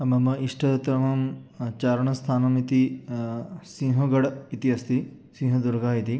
मम इष्टतमं चारणस्थानम् इति सिंहगड् इति अस्ति सिंहदुर्गः इति